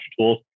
tools